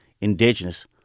indigenous